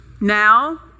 Now